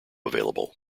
available